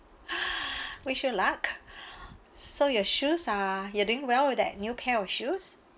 wish you luck so your shoes are you doing well with that new pair of shoes